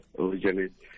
originally